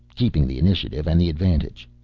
keeping the initiative and the advantage.